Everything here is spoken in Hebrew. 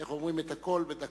איך אומרים הכול בדקה.